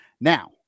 Now